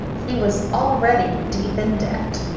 he was already deep in debt.